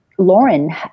Lauren